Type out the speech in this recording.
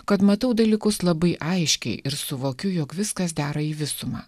kad matau dalykus labai aiškiai ir suvokiu jog viskas dera į visumą